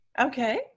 Okay